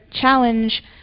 challenge